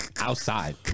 outside